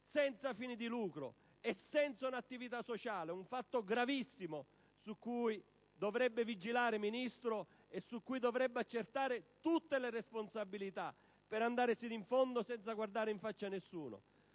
con fini di lucro e senza un'attività sociale. Un fatto gravissimo su cui dovrebbe vigilare, Ministro, e su cui dovrebbe accertare tutte le responsabilità, per andare sino in fondo, senza guardare in faccia nessuno.